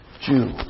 Jew